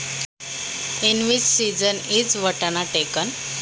वाटाणा हा कोणत्या हंगामात घेतला जातो?